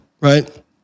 Right